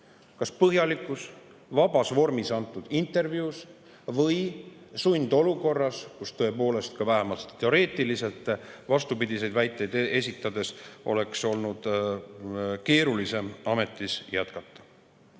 kas põhjalikus vabas vormis antud intervjuus või sundolukorras, kus tõepoolest, vähemasti teoreetiliselt oleks vastupidiseid väiteid esitades olnud keerulisem ametis